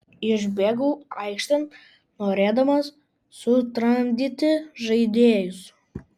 išbėgau aikštėn norėdamas sutramdyti žaidėjus